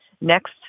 next